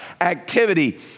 activity